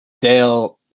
Dale